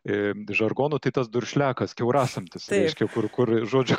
ir žargonu tai tas duršliakas kiaurasamtis reiškia kur kur žodžiu